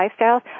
lifestyles